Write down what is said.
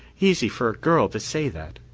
easy for a girl to say that,